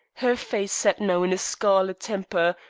her face set now in a scarlet temper,